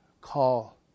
call